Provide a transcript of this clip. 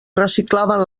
reciclaven